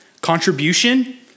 contribution